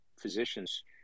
physicians